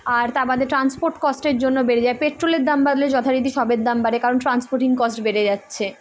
আর তা বাদে ট্রানসপোর্ট কস্টের জন্য বেড়ে যায় পেট্রোলের দাম বাড়লে যথারীতি সবের দাম বাড়ে কারণ ট্রান্সপোর্টিং কস্ট বেড়ে যাচ্ছে